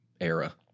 era